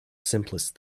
simplest